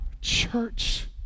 church